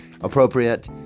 appropriate